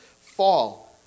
fall